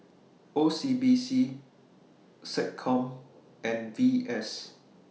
O C B C Seccom and V S